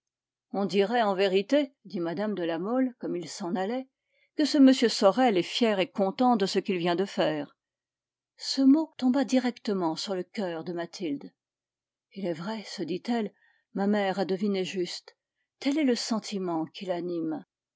on dirait en vérité dit mme de la mole comme il s'en allait que ce m sorel est fier et content de ce qu'il vient de faire ce mot tomba directement sur le coeur de mathilde il est vrai se dit-elle ma mère a deviné juste tel est le sentiment